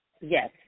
Yes